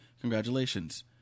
Congratulations